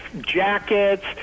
jackets